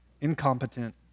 incompetent